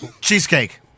Cheesecake